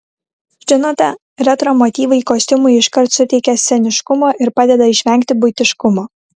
žinote retro motyvai kostiumui iškart suteikia sceniškumo ir padeda išvengti buitiškumo